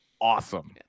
awesome